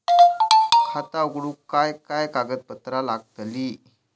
खाता उघडूक काय काय कागदपत्रा लागतली?